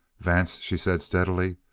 vance, she said steadily,